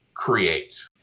create